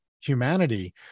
humanity